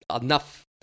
enough